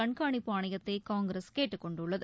கண்காணிப்பு ஆணையத்தை காங்கிரஸ் கேட்டுக் கொண்டுள்ளது